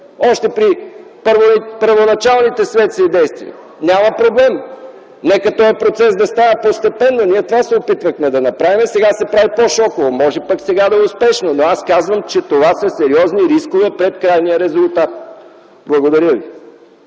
още при първоначалните следствени действия, няма проблем, нека този процес да става постепенно. Ние това се опитвахме да направим. Сега се прави по-шоково. Може пък сега да е успешно, но аз казвам, че това са сериозни рискове пред крайния резултат. Благодаря ви.